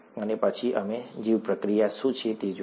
અને પછી અમે જીવપ્રક્રિયા શું છે તે જોયું